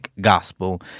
gospel